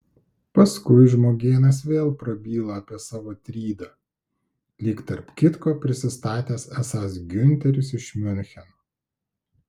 paskui žmogėnas vėl prabyla apie savo trydą lyg tarp kitko prisistatęs esąs giunteris iš miuncheno